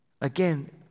Again